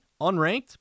unranked